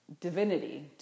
divinity